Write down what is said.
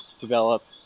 Develop